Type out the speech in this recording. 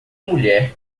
mulher